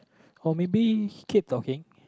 or maybe keep talking